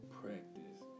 practice